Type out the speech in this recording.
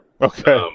Okay